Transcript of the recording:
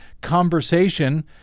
conversation